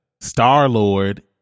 Star-Lord